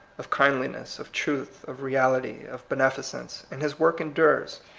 of kindli ness, of truth, of reality, of beneficence, and his work endures.